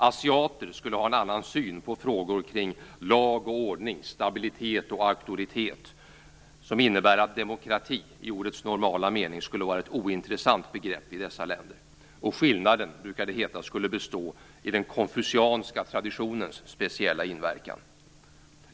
Asiater skulle ha en annan syn på frågor kring lag och ordning, stabilitet och auktoritet som innebär att demokrati i ordets normala mening skulle vara ett ointressant begrepp i dessa länder. Skillnaden skulle bestå i den konfucianska traditionens speciella inverkan, brukar det heta.